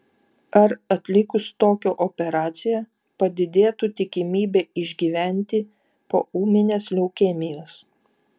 ar atlikus tokią operaciją padidėtų tikimybė išgyventi po ūminės leukemijos